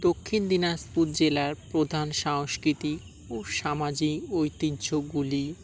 দক্ষিণ দিনাজপুর জেলার প্রধান সাংস্কৃতিক ও সামাজিক ঐতিহ্যগুলি